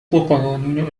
قوانین